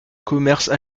commerce